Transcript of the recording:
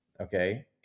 okay